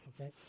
Okay